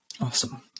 Awesome